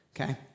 Okay